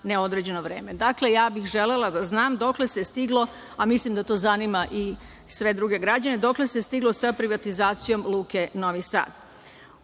neodređeno vreme. Dakle, ja bih želela da znam dokle se stiglo, a mislim da to zanima i sve druge građane, dokle se stiglo sa privatizacijom Luke Novi Sad?U